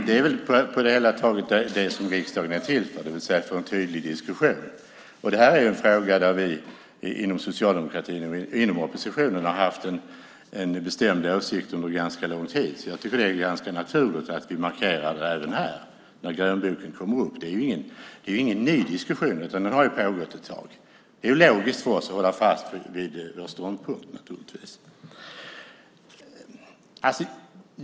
Fru talman! Det är väl det riksdagen är till för, nämligen att få en tydlig diskussion. Detta är en fråga där vi inom socialdemokratin och oppositionen har haft en bestämd åsikt under ganska lång tid. Därför är det naturligt att vi markerar det när grönboken kommer upp. Det är ingen ny diskussion; den har pågått ett tag. Det är logiskt för oss att hålla fast vid vår ståndpunkt.